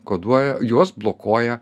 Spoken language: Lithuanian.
koduoja juos blokuoja